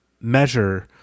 measure